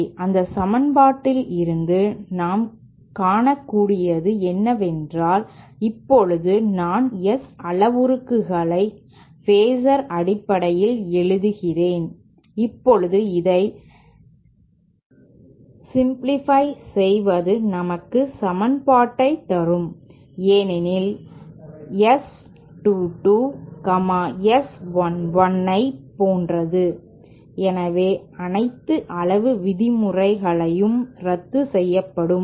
சரி அந்த சமன்பாட்டிலிருந்து நாம் காணக்கூடியது என்னவென்றால் இப்போது நான் S அளவுருக்களை phasers அடிப்படையில் எழுதுகிறேன் இப்போது இதை சிம்ப்ளிபய் செய்வது நமக்கு சமன்பாட்டை தரும் ஏனெனில் S 2 2 S 1 1 ஐப் போன்றது எனவே அனைத்து அளவு விதிமுறைகளும் ரத்து செய்யப்படும்